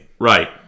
Right